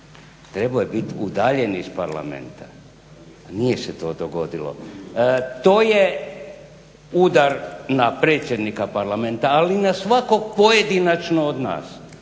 Trebao je biti udaljen iz parlamenta a nije se to dogodilo. To je udar na predsjednika parlamenta ali i na svakog pojedinačno od nas.